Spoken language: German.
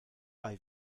bei